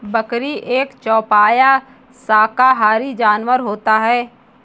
बकरी एक चौपाया शाकाहारी जानवर होता है